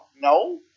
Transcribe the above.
no